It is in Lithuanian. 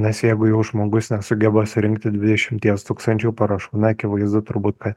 nes jeigu jau žmogus nesugeba surinkti dvidešimties tūkstančių parašų na akivaizdu turbūt kad